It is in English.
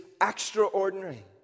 extraordinary